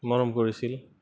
মৰম কৰিছিল